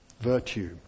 virtue